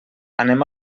anem